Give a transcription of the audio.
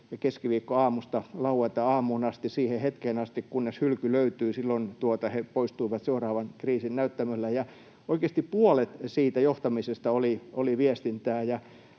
keskiviikkoaamusta lauantaiaamuun asti, siihen hetkeen asti, kunnes hylky löytyi — silloin he poistuivat seuraavan kriisin näyttämölle. Ja oikeasti puolet siitä johtamisesta oli viestintää.